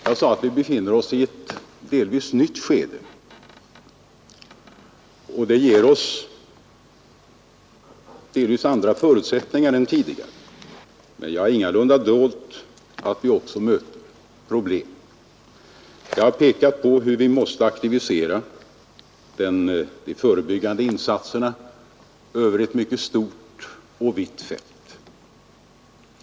Jag sade att vi befinner oss i ett delvis nytt skede, och det ger oss delvis andra förutsättningar än tidigare. Men jag har ingalunda dolt att vi också möter problem. Jag har pekat på hur vi måste aktivisera de förebyggande insatserna över ett mycket stort och vitt fält.